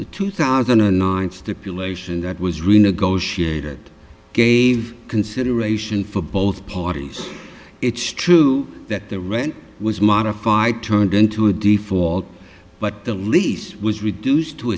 two thousand and nine stipulation that was renegotiated gave consideration for both parties it's true that the rent was modified turned into a default but the lease was reduced to